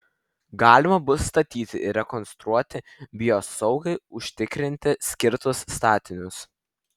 galima bus statyti ir rekonstruoti biosaugai užtikrinti skirtus statinius